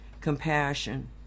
compassion